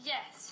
Yes